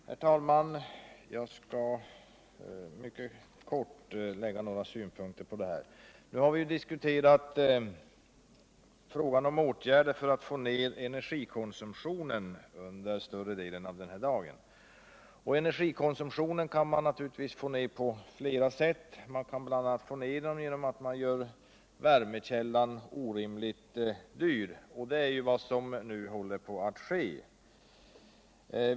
Herr talman! Jag skall mycket kort anlägga några synpunkter i sammanhanget. Nu har vi under större delen av denna dag diskuterat frågan om åtgärder för att få ned energikonsumtionen. Energikonsumtionen kan man naturligtvis få ned på flera sätt, bl.a. genom att värmekällan görs orimligt dyr — vilket ju håller på att ske.